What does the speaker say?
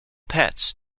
pets